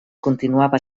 continuava